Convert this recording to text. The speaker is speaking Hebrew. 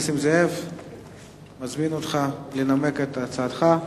אני מזמין אותך לנמק את הצעתך.